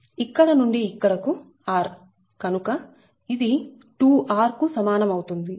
ఇక్కడ నుండి ఇక్కడకు r కనుక ఇది 2r కు సమానమవుతుంది